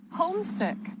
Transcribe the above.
homesick